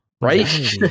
right